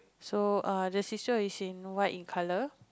so err the seesaw is white in color